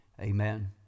Amen